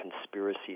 conspiracy